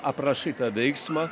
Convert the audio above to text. aprašai tą veiksmą